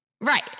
right